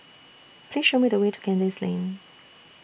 Please Show Me The Way to Kandis Lane